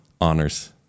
Honors